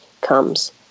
comes